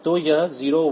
तो 16 वर्ण हैं